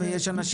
יש אנשים